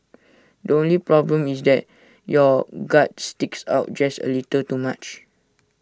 the only problem is that your gut sticks out just A little too much